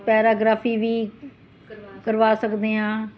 ਪੈਰਾਗ੍ਰਾਫੀ ਵੀ ਕਰਵਾ ਸਕਦੇ ਹਾਂ